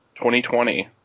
2020